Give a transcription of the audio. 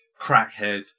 crackhead